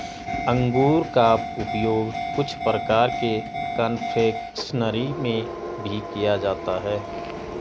अंगूर का उपयोग कुछ प्रकार के कन्फेक्शनरी में भी किया जाता है